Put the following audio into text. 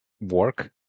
work